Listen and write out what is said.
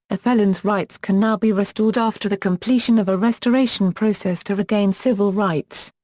a felon's rights can now be restored after the completion of a restoration process to regain civil rights.